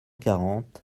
quarante